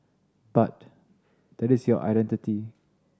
but that is your identity